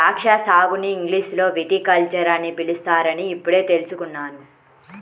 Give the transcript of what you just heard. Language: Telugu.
ద్రాక్షా సాగుని ఇంగ్లీషులో విటికల్చర్ అని పిలుస్తారని ఇప్పుడే తెల్సుకున్నాను